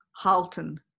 Halton